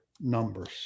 numbers